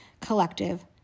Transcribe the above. collective